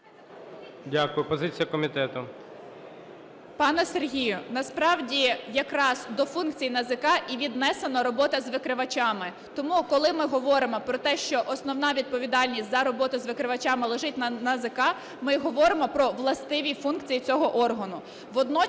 Дякую. Позиція комітету.